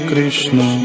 Krishna